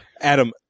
Adam